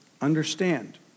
understand